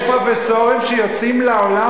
יש פרופסורים שיוצאים לעולם,